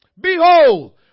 Behold